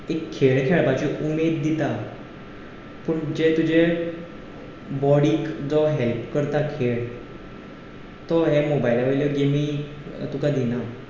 एक खेळ खेळपाची उमेद दिता पूण जे तुजे बॉडिक जो हॅल्प करता खेळ तो हे मोबायला वयल्यो गेमी तुका दिना